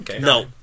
no